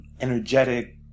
energetic